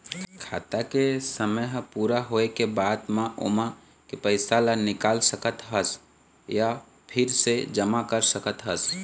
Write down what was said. खाता के समे ह पूरा होए के बाद म ओमा के पइसा ल निकाल सकत हस य फिर से जमा कर सकत हस